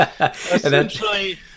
Essentially